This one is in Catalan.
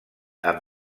amb